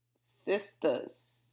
sisters